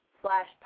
slash